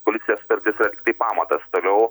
koalicijos sutartis yra tiktai pamatas toliau